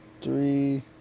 three